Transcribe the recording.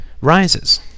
rises